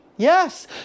Yes